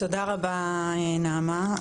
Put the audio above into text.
תודה רבה נעמה,